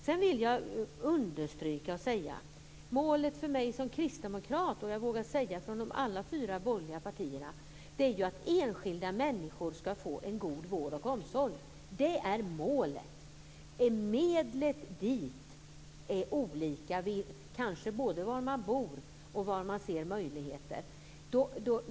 Sedan vill jag understryka och säga att målet för mig som kristdemokrat, och jag vågar säga för de alla fyra borgerliga partierna, är att enskilda människor ska få en god vård och omsorg. Det är målet. Men medlen är olika beroende kanske på både var man bor och var man ser möjligheter.